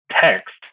text